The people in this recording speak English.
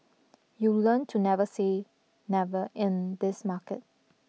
you learn to never say never in this market